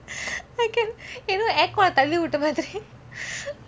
I can~ என்ன:enna aircon தள்ளிவுட்ட மாதிரி:tallivutte mathiri